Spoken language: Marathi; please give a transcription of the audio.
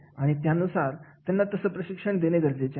आणि त्यानुसार त्यांना तसं प्रशिक्षण देणे गरजेचे आहे